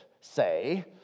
say